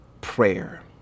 prayer